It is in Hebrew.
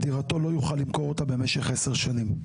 דירתו לא יוכל למכור אותה במשך עשר שנים.